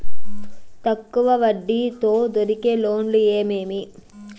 తక్కువ వడ్డీ తో దొరికే లోన్లు ఏమేమీ?